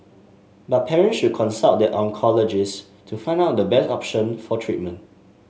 but parent should consult their oncologist to find out the best option for treatment